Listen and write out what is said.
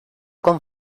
con